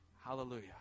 hallelujah